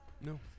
No